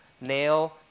nail